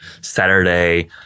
Saturday